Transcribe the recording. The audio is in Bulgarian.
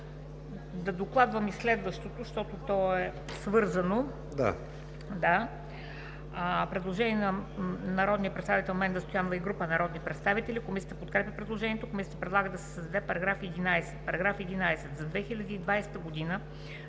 Да докладвам и следващото, защото е свързано. Предложение на народния представител Менда Стоянова и група народни представители. Комисията подкрепя предложението. Комисията предлага да се създаде § 11: „§ 11. За 2020 г. за